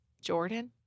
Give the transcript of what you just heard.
Jordan